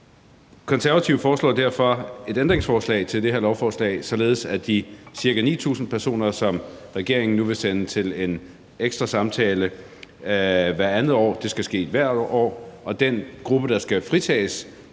Konservative foreslår derfor et ændringsforslag til det her lovforslag, således at de ca. 9.000 personer, som regeringen nu vil sende til en ekstra samtale hvert andet år, skal til det hvert år, og den gruppe, som skal fritages